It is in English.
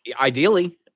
ideally